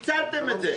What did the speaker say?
ניצלתם את זה.